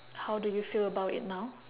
how do you feel about it now